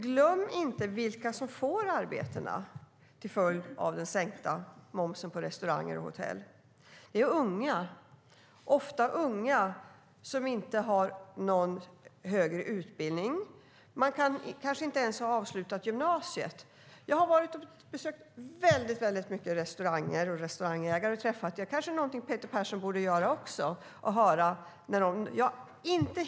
Glöm inte vilka som får arbete till följd av den sänkta momsen på restauranger och hotell! Det är unga som ofta inte har någon högre utbildning eller kanske inte ens har avslutat gymnasiet. Jag har besökt många restauranger och träffat restaurangägare. Det kanske Peter Persson också borde göra.